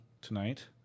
tonight